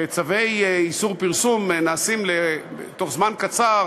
שצווי איסור פרסום נעשים בתוך זמן קצר